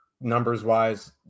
numbers-wise